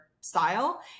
style